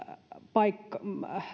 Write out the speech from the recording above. paikkaan